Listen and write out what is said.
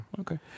Okay